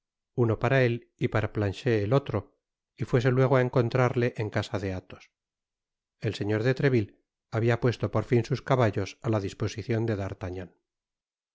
uno para él y para planchet el otro y fuese luego á encontrarle en casa de athos el señor de treville habia puesto por fin sus caballos á la disposicion de